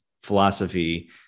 philosophy